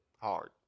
hard